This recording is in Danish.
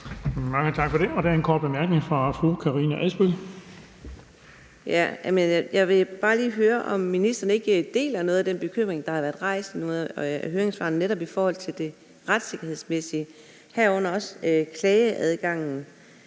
Tak for det. Der er en kort bemærkning fra fru Karina Adsbøl. Kl. 19:05 Karina Adsbøl (DD): Jeg vil bare lige høre, om ministeren ikke deler noget af den bekymring, der har været rejst i høringssvarene netop i forhold til det retssikkerhedsmæssige, herunder klageadgangen,